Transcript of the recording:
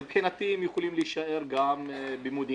מבחינתי הם יכולים להישאר במודיעין.